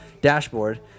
dashboard